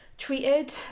treated